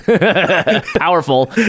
Powerful